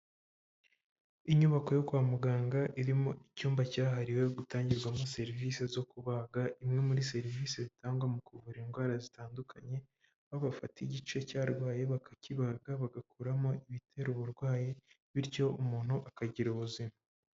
Inyubako yo kwa muganga irimo icyumba cyahariwe gutangirwamo serivisi zo kubaga, imwe muri serivisi zitangwa mu kuvura indwara zitandukanye, aho bafata igice cyarwaye bakakibaga bagakuramo ibitera uburwayi, bityo umuntu akagira ubuzima.